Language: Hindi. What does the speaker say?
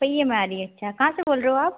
पहिये में आ रही है अच्छा कहाँ से बोल रहे हो आप